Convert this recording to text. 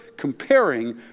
comparing